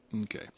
Okay